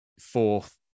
fourth